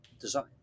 design